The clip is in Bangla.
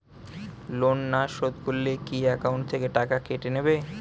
লোন না শোধ করলে কি একাউন্ট থেকে টাকা কেটে নেবে?